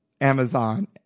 Amazon